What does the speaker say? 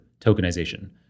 tokenization